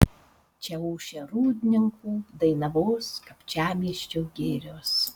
čia ošia rūdninkų dainavos kapčiamiesčio girios